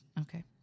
okay